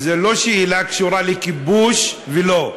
זו לא שאלה שקשורה לכיבוש או לא,